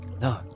No